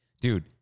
Dude